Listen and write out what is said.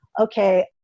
Okay